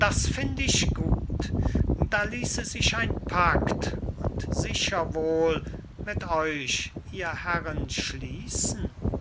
das find ich gut da ließe sich ein packt und sicher wohl mit euch ihr herren schließen